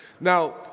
Now